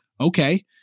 okay